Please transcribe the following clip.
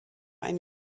ein